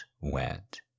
wet